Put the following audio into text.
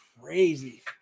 crazy